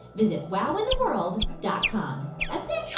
visit wowintheworld dot com. that's it.